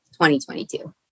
2022